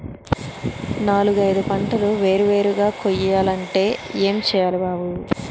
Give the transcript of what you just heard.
నాలుగైదు పంటలు వేరు వేరుగా కొయ్యాలంటే ఏం చెయ్యాలి బాబూ